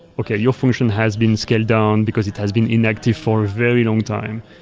okay, you function has been scaled down, because it has been inactive for a very long time.